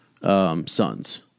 sons